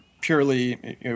Purely